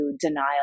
denial